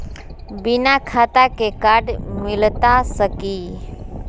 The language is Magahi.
बिना खाता के कार्ड मिलता सकी?